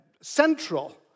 central